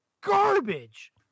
garbage